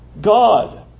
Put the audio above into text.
God